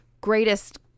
greatest